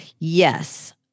Yes